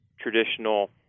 traditional